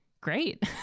great